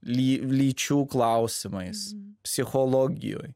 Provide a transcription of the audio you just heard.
ly lyčių klausimais psichologijoj